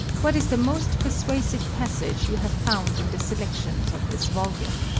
what is the most persuasive passage you have found in the selections of this volume.